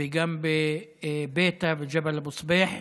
וגם בביתא וג'בל סבייח.